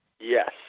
Yes